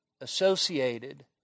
associated